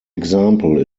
example